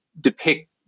depict